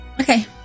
Okay